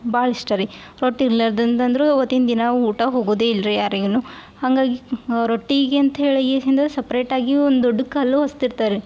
ಭಾಳ ಇಷ್ಟ ರೀ ರೊಟ್ಟಿ ಇರ್ಲ್ಯಾರ್ದಂದ ಅಂದ್ರೆ ಅವತ್ತಿನ ದಿನ ಊಟ ಹೋಗುವುದೇ ಇಲ್ಲ ರಿ ಯಾರಿಗೂ ಹಾಗಾಗಿ ರೊಟ್ಟಿಗೆ ಅಂತ ಹೇಳಿ ಸಪ್ರೇಟಾಗಿ ಒಂದು ದೊಡ್ಡ ಕಲ್ಲು ಹೊಸ್ತ್ ಇರ್ತಾರ್ ರೀ